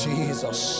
Jesus